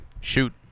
shoot